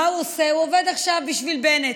מה הוא עושה, הוא עובד עכשיו בשביל בנט,